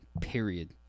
Period